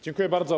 Dziękuję bardzo.